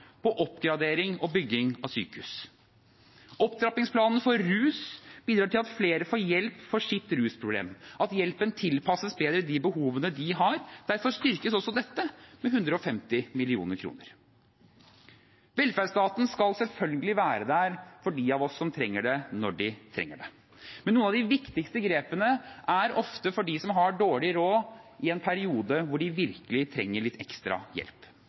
på oppgradering og bygging av sykehus. Opptrappingsplanen for rusfeltet bidrar til at flere får hjelp for sitt rusproblem, og at hjelpen tilpasses bedre de behovene de har. Derfor styrkes også dette med 150 mill. kr. Velferdsstaten skal selvfølgelig være der for dem av oss som trenger det, når de trenger det. Men noen av de viktigste grepene er ofte for dem som har dårlig råd i en periode hvor de virkelig trenger litt ekstra hjelp.